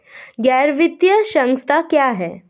गैर वित्तीय संस्था क्या है?